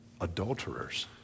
adulterers